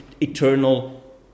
eternal